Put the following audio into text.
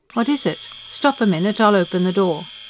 what is it? stop a minute! i'll open the door.